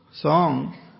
song